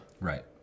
Right